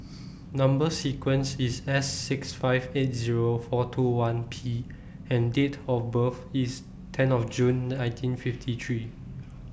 Number sequence IS S six five eight Zero four two one P and Date of birth IS ten of June nineteen fifty three